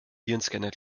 virenscanner